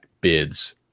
bids